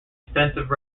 extensive